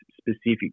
specific